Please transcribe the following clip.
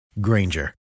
Granger